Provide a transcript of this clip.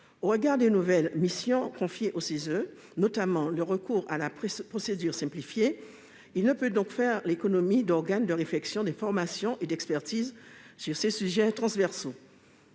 Au regard des nouvelles missions confiées au CESE, notamment le recours à la procédure simplifiée, celui-ci ne peut faire l'économie d'organes de réflexion, d'information et d'expertise sur ces sujets transversaux.